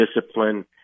discipline